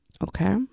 Okay